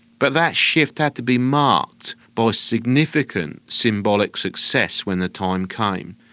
but that shift had to be marked by significant symbolic success when the time came.